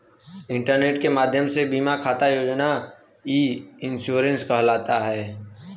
internet के माध्यम से बीमा खाता खोलना ई इन्शुरन्स कहलाला